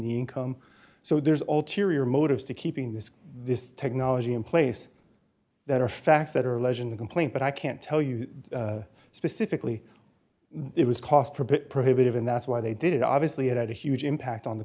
the income so there's all teary or motives to keeping this this technology in place that are facts that are legend complaint but i can't tell you specifically it was cost prohibitive and that's why they did it obviously it had a huge impact on the